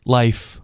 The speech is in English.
life